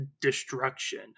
destruction